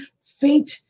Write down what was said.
faint